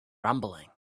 rumbling